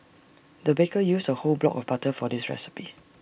the baker used A whole block of butter for this recipe